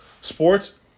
sports